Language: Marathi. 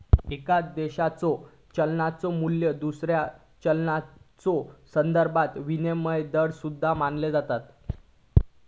एका देशाच्यो चलनाचो मू्ल्य दुसऱ्या चलनाच्यो संदर्भात विनिमय दर सुद्धा मानला जाता